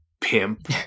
pimp